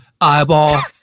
Eyeball